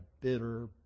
bitter